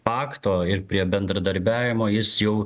pakto ir prie bendradarbiavimo jis jau